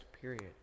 period